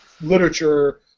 literature